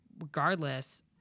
regardless